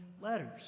letters